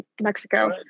mexico